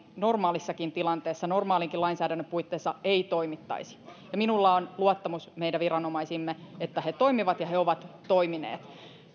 normaalissakaan tilanteessa normaalinkaan lainsäädännön puitteissa ei toimittaisi minulla on luottamus meidän viranomaisiimme että he toimivat ja he ovat toimineet